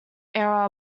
era